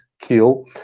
kill